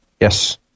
yes